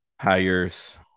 hires